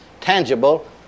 Tangible